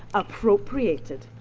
appropriated!